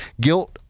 Guilt